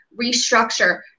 restructure